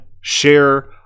share